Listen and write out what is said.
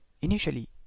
Initially